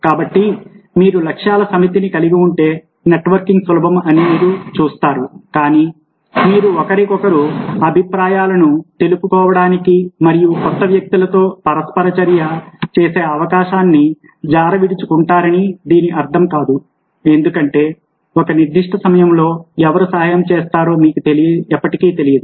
కాబట్టి మీరు లక్ష్యాల సమితిని కలిగి ఉంటే నెట్వర్కింగ్ సులభం అని మీరు చూస్తారు కానీ మీరు ఒకరికొకరు అభిప్రాయములను తెలుపుకొనడానికి మరియు కొత్త వ్యక్తులతో పరస్పర చర్య చేసే అవకాశాన్ని జారవిడుచుకుంటారని దీని అర్థం కాదు ఎందుకంటే ఒక నిర్దిష్ట సమయంలో ఎవరు సహాయం చేస్తారో మీకు ఎప్పటికీ తెలియదు